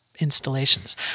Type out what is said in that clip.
installations